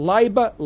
Labour